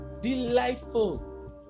Delightful